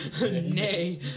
Nay